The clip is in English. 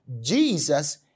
Jesus